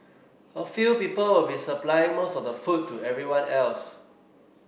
a few people will be supplying most of the food to everyone else